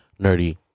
Nerdy